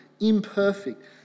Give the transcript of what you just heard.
imperfect